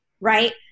right